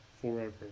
forever